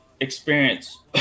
experience